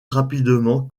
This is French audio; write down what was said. rapidement